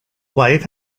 wife